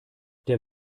der